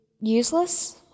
useless